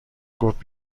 گفت